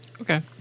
Okay